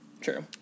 true